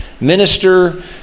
Minister